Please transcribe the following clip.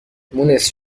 مونس